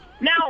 Now